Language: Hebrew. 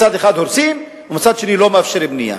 מצד אחד הורסים, ומצד שני לא מאפשרים בנייה.